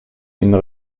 une